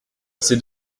c’est